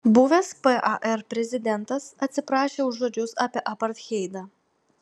buvęs par prezidentas atsiprašė už žodžius apie apartheidą